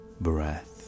breath